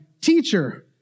Teacher